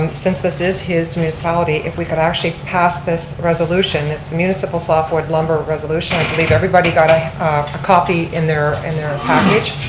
um since this is his municipality if we could actually pass this resolution. it's the municipal softwood lumber resolution. i believe everybody got a copy in their in their package.